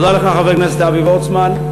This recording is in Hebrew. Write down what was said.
תודה לך, חבר הכנסת אבי וורצמן.